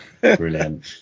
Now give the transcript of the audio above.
Brilliant